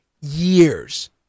years